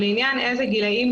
לעניין גיל הילד,